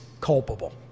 culpable